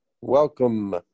Welcome